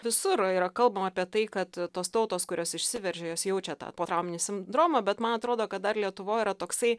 visur yra kalbama apie tai kad tos tautos kurios išsiveržė jos jaučia tą potrauminį sindromą bet man atrodo kad dar lietuvoj yra toksai